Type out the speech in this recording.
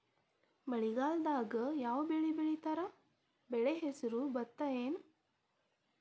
ಮಳೆಗಾಲದಾಗ್ ಯಾವ್ ಬೆಳಿ ಬೆಳಿತಾರ, ಬೆಳಿ ಹೆಸರು ಭತ್ತ ಏನ್?